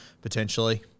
potentially